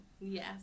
Yes